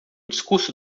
discurso